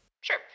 Sure